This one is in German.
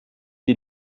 die